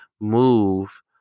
move